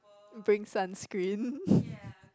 bring sunscreen